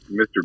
Mr